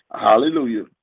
Hallelujah